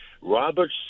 Robert